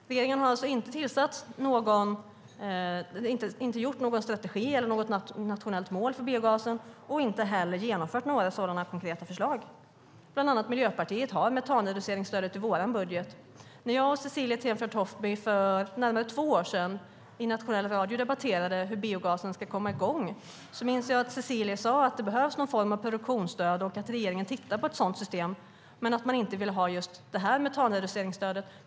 Regeringen har alltså inte presenterat någon strategi eller satt upp något nationellt mål för biogasen och inte heller genomfört några sådana konkreta förslag. Bland annat Miljöpartiet har metanreduceringsstödet i sin budget. När och jag Cecilie Tenfjord-Toftby för närmare två år sedan i nationella radion debatterade hur biogasproduktionen ska komma i gång minns jag att hon sade att det behövs någon form av produktionsstöd, att regeringen tittar på ett sådant system men att man inte vill ha just det här metanreduceringsstödet.